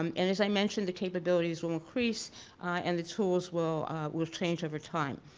um and as i mentioned the capabilities will increase and the tools will will change over time.